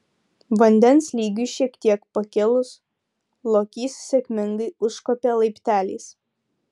vandens lygiui šiek tiek pakilus lokys sėkmingai užkopė laipteliais